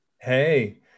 hey